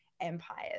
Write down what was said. empires